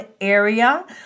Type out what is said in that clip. area